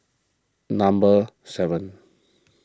number seven